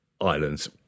Islands